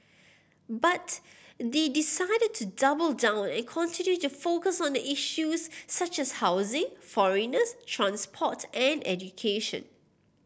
but they decided to double down and continue to focus on the issues such as housing foreigners transport and education